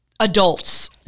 Adults